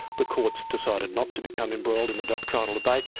the courts decided not to become embroiled in the doctrinal debate.